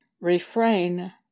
Refrain